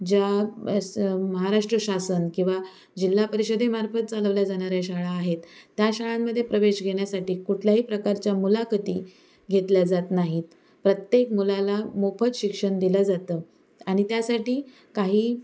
ज्या ब असं महाराष्ट्र शासन किंवा जिल्हा परिषदेमार्फत चालवल्या जाणाऱ्या शाळा आहेत त्या शाळांमध्ये प्रवेश घेण्यासाठी कुठल्याही प्रकारच्या मुलाखती घेतल्या जात नाहीत प्रत्येक मुलाला मोफत शिक्षण दिलं जातं आणि त्यासाठी काही